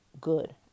good